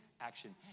action